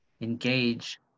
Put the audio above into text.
engage